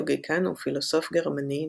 לוגיקן ופילוסוף גרמני,